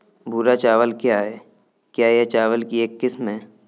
भूरा चावल क्या है? क्या यह चावल की एक किस्म है?